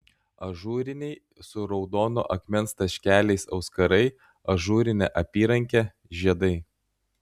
ažūriniai su raudono akmens taškeliais auskarai ažūrinė apyrankė žiedai